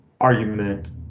argument